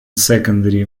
secondary